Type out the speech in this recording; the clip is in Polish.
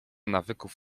nawyków